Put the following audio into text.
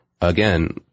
again